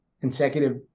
Consecutive